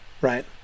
right